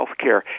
HealthCare